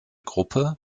gruppe